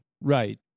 Right